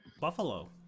Buffalo